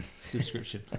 subscription